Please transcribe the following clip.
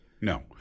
No